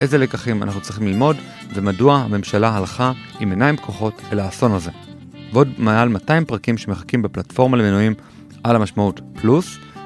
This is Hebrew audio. איזה לקחים אנחנו צריכים ללמוד, ומדוע הממשלה הלכה, עם עיניים פקוחות, אל האסון הזה. ועוד מעל 200 פרקים שמחכים בפלטפורמה למינויים, על המשמעות פלוס.